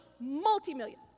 Multi-million